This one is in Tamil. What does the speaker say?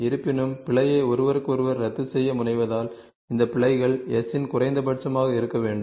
இருப்பினும் பிழையை ஒருவருக்கொருவர் ரத்து செய்ய முனைவதால் இந்த பிழைகள் S இன் குறைந்தபட்சமாக இருக்க வேண்டும்